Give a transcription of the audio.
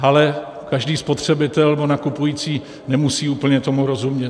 Ale každý spotřebitel nebo nakupující nemusí úplně tomu rozumět.